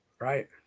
Right